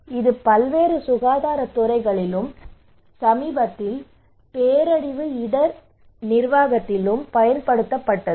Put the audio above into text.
எனவே இது பல்வேறு சுகாதாரத் துறைகளிலும் சமீபத்தில் பேரழிவு இடர் நிர்வாகத்திலும் பயன்படுத்தப்பட்டது